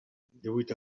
divuit